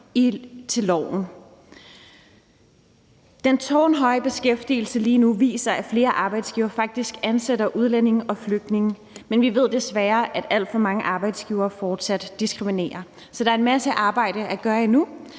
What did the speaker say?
lovforslaget. Den tårnhøje beskæftigelse lige nu viser, at flere arbejdsgivere faktisk ansætter udlændinge og flygtninge, men vi ved desværre, at alt for mange arbejdsgivere fortsat diskriminerer. Så der er en masse arbejde at gøre endnu,